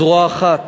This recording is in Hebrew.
זרוע אחת